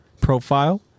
profile